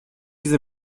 diese